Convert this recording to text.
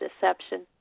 deception